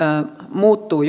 muuttuu